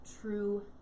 true